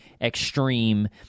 extreme